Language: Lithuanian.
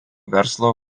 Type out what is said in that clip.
verslo